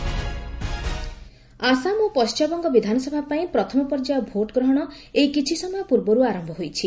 ଆସେମ୍କି election Assam ଓ ପଶ୍ଚିମବଙ୍ଗ ବିଧାନସଭା ପାଇଁ ପ୍ରଥମ ପର୍ଯ୍ୟାୟ ଭୋଟ ଗ୍ରହଣ ଏହି କିଛି ସମୟ ପୂର୍ବରୁ ଆରମ୍ଭ ହୋଇଛି